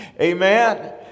Amen